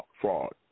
fraud